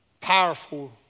Powerful